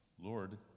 Lord